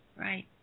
Right